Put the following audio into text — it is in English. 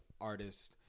artist